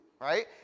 Right